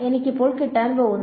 എനിക്കിപ്പോൾ കിട്ടാൻ പോകുന്നത്